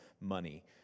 money